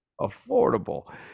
affordable